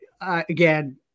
again